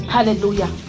Hallelujah